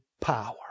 power